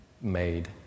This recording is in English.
made